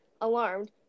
alarmed